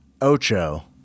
Ocho